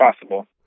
possible